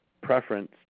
preference